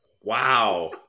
Wow